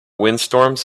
windstorms